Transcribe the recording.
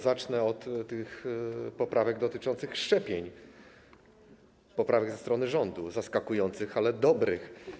Zacznę od poprawek dotyczących szczepień, poprawek ze strony rządu, zaskakujących, ale dobrych.